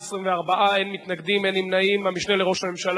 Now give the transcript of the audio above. התשע"ב 2011, לוועדת החוקה, חוק ומשפט